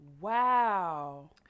Wow